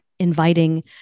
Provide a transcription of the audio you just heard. inviting